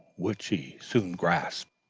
which he soon grasped.